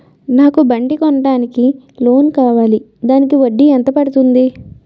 నాకు బండి కొనడానికి లోన్ కావాలిదానికి వడ్డీ ఎంత పడుతుంది?